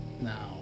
Now